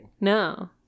No